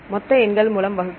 மொத்த எண்கள் மூலம் வகுக்கவும்